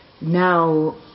Now